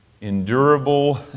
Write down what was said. endurable